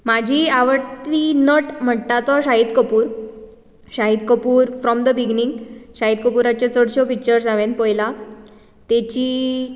म्हाजी आवडटी नट म्हणटा तो Shahid Kapoor Shahid Kapoor from the beginning Shahid कपूराच्यो चडश्यो पिक्चर हांवेन पळयला तेची